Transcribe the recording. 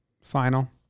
final